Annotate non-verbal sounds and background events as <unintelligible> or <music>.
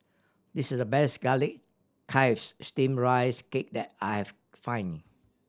this is the best garlic <unintelligible> Steamed Rice Cake that I've find